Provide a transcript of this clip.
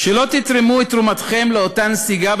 שלא תתרמו את תרומתכם לאותה נסיגה,